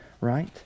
right